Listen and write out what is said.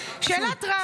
שאלת רב.